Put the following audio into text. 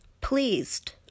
pleased